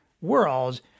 world